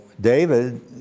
David